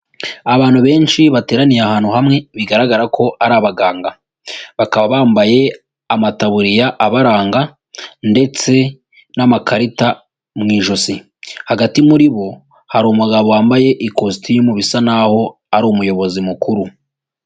Abantu benshi bateraniye ahantu hamwe bigaragara ko ari abaganga, bakaba bambaye amataburiya abaranga ndetse n'amakarita mu ijosi, hagati muri bo hari umugabo wambaye ikositimu bisa nkaho ari umuyobozi mukuru.